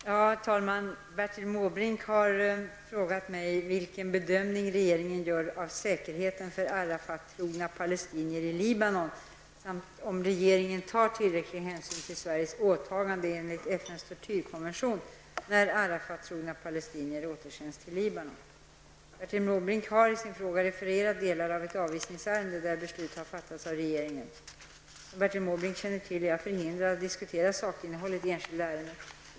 Herr talman! Bertil Måbrink har frågat mig vilken bedömning regeringen gör av säkerheten för Arafattrogna palestinier i Libanon samt om regeringen tar tillräcklig hänsyn till Sveriges åtaganden enligt FNs tortyrkonvention när Bertil Måbrink har i sin fråga refererat delar av ett avvisningsärende där beslut har fattats av regeringen. Som Bertil Måbrink känner till är jag förhindrad att diskutera sakinnehållet i enskilda ärenden.